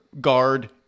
guard